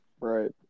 Right